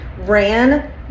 ran